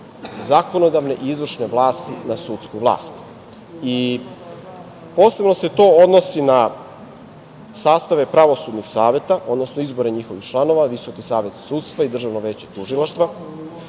zakonodavne i izvršne vlasti na sudsku vlast. Posebno se to odnosi na sastave pravosudnih saveta, odnosno izbore njihovih članova, VSS i Državno veće tužilaštva.